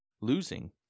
losing